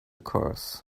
curse